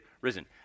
risen